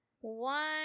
One